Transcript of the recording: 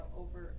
over